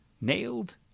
nailed